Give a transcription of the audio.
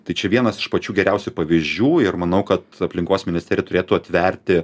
tai čia vienas iš pačių geriausių pavyzdžių ir manau kad aplinkos ministerija turėtų atverti